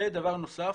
ודבר נוסף